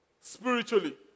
spiritually